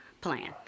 plan